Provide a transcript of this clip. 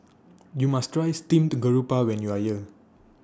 YOU must Try Steamed Garoupa when YOU Are here